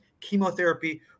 chemotherapy